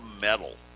metal